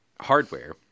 hardware